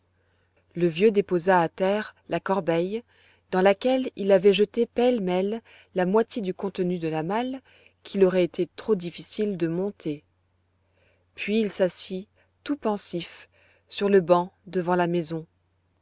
le vieux déposa à terre la corbeille dans laquelle il avait jeté pêle-mêle la moitié du contenu de la malle qu'il aurait été trop difficile de monter puis il s'assit tout pensif sur le banc devant la maison